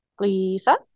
Lisa